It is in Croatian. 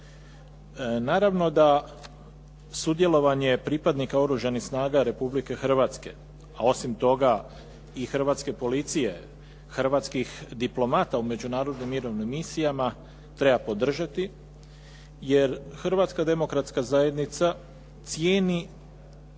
Naravno da sudjelovanje pripadnika Oružanih snaga Republike Hrvatske, a osim toga i Hrvatske policije, hrvatskih diplomata u međunarodnim mirovnim misijama treba podržati jer Hrvatska demokratska zajednica cijeni